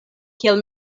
kiel